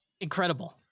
Incredible